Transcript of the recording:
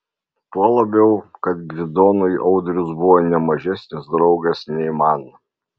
tuo labiau kad gvidonui audrius buvo ne mažesnis draugas nei man